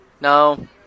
No